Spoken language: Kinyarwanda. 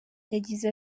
yagize